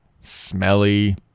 smelly